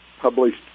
published